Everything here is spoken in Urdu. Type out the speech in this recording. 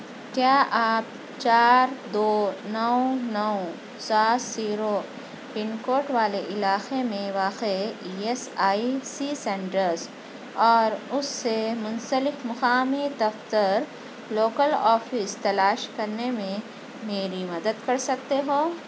کیا آپ چار دو نو نو سات زیرو پن کوڈ والے علاقے میں واقعے E S I C centres اور اُس سے مُنسلک مقامی دفتر لوکل آفس تلاش کرنے میں میری مدد کر سکتے ہو